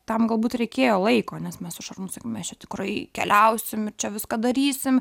tam galbūt reikėjo laiko nes mes su šarūnu sakėm mes tikrai keliausim ir čia viską darysim